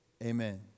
Amen